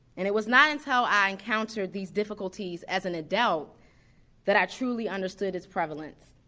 and it was not until i encountered these difficulties as an adult that i truly understood its prevalence.